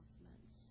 announcements